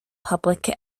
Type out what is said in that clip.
public